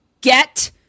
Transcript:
get